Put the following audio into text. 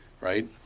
right